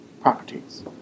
properties